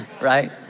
Right